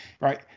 right